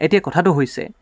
এতিয়া কথাটো হৈছে